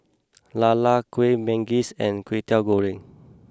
Lala Kueh Manggis and Kway Teow Goreng